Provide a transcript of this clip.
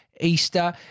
Easter